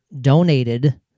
donated